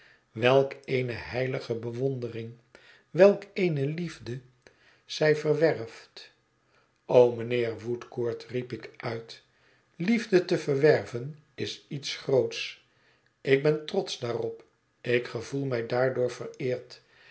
welk eene heilige bewondering welk eene liefde zij verwerft o mijnheer woodcourt riep ik uit liefde te verwerven is iets groots ik ben trotsch daarop ik gevoel mij daardoor vereerd